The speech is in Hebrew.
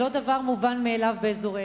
זה לא דבר מובן מאליו באזורנו.